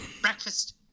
Breakfast